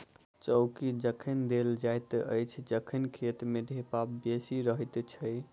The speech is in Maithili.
चौकी तखन देल जाइत अछि जखन खेत मे ढेपा बेसी रहैत छै